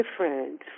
different